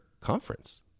conference